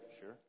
Sure